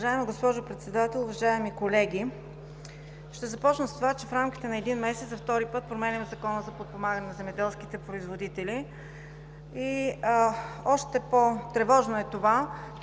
Уважаема госпожо Председател, уважаеми колеги! Ще започна с това, че в рамките на един месец за втори път променяме Закона за подпомагане на земеделските производители. Още по-тревожно е, че